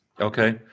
okay